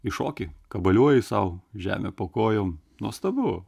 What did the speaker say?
iššoki kabaliuoji sau žemė po kojom nuostabu